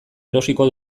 erosiko